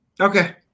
Okay